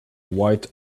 white